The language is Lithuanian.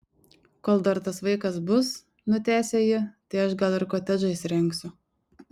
kol dar tas vaikas bus nutęsia ji tai aš gal ir kotedžą įsirengsiu